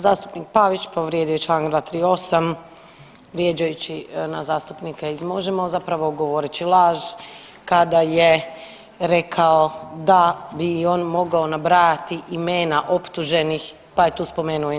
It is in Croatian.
Zastupnik Pavić povrijedio je čl. 238. vrijeđajući nas zastupnike iz Možemo zapravo govoreći laž kada je rekao da bi i on mogao nabrajati imena optuženih, pa je tu spomenuo i nas.